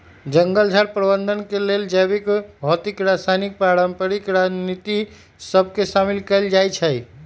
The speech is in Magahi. जंगल झार प्रबंधन के लेल जैविक, भौतिक, रासायनिक, पारंपरिक रणनीति सभ के शामिल कएल जाइ छइ